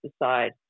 decide